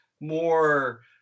more